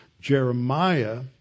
Jeremiah